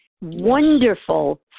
wonderful